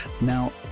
Now